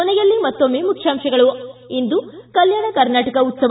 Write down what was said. ಕೊನೆಯಲ್ಲಿ ಮತ್ತೊಮ್ಮೆ ಮುಖ್ಯಾಂಶಗಳು ಿ ಇಂದು ಕಲ್ಟಾಣ ಕರ್ನಾಟಕ ಉತ್ಸವ